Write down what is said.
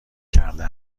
کرده